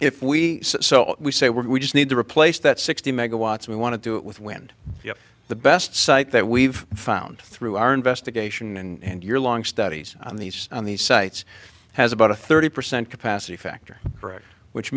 if we so we say we just need to replace that sixty megawatts we want to do it with wind the best site that we've found through our investigation and your long studies on these on these sites has about a thirty percent capacity factor which